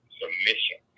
submission